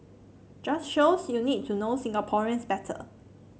just shows you need to know Singaporeans better